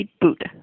boot